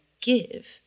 give